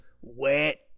wet